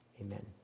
Amen